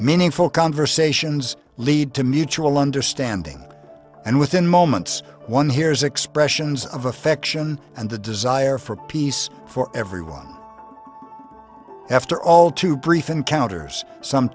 meaningful conversations lead to mutual understanding and within moments one hears expressions of affection and the desire for peace for everyone after all to brief encounters some